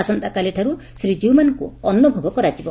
ଆସନ୍ତାକାଲି ଠାରୁ ଶ୍ରୀଜୀଉମାନଙ୍କୁ ଅନୁଭୋଗ କରାଯିବ